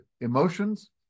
emotions